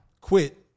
quit